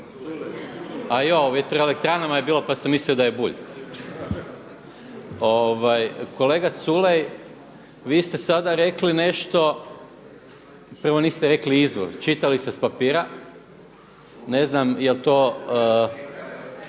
o vjetroelektranama je bilo pa sam mislio da je Bulj./… Kolega Culej vi ste sada rekli nešto, prvo niste rekli izvor, čitali ste sa papira, ne znam je li to